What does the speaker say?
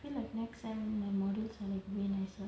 feel like next semester my modules are like way nicer